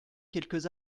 quelques